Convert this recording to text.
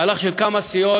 זה מהלך של כמה סיעות,